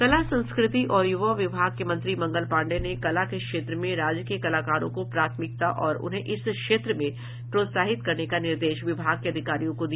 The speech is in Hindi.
कला संस्कृति और यूवा विभाग के मंत्री मंगल पांडेय ने कला के क्षेत्र में राज्य के कलाकारों को प्राथमिकता और उन्हें इस क्षेत्र में प्रोत्साहित करने का निर्देश विभाग के अधिकारियों को दिया